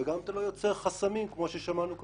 וגם אתה לא יוצר חסמים כמו ששמענו כאן.